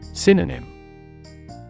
Synonym